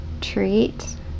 Treat